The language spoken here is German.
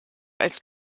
als